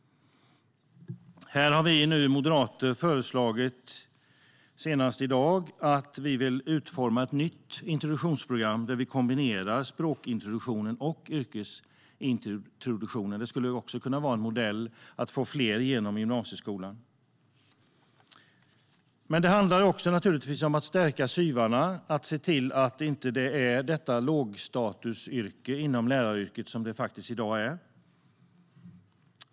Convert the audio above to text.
Här har vi moderater senast i dag föreslagit att vi ska utforma ett nytt introduktionsprogram där vi kombinerar språkintroduktionen och yrkesintroduktionen. Det skulle kunna vara en modell att få fler igenom gymnasieskolan. Det handlar naturligtvis också om att förstärka SYV:arna och se till att detta inte är ett lågstatusyrke bland lärarna, vilket ofta är fallet i dag.